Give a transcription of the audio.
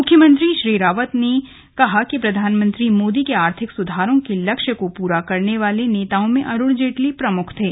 मुख्यमंत्री श्री रावत ने कहा कि प्रधानमंत्री मोदी के आर्थिक सुधारों के लक्ष्य को पूरा करने वाले नेताओं में अरुण जेटली प्रमुख थे